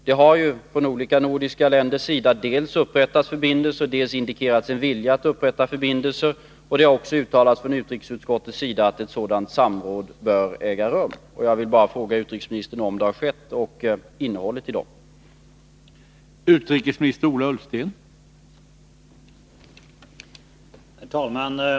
Det har ju från olika nordiska länders sida dels upprättats förbindelser, del indikerats en vilja att upprätta förbindelser. Utrikesutskottet har också uttalat att ett sådant samråd bör äga rum. Jag vill bara fråga utrikesministern om det har skett och vilket innehåll samråden i så fall haft.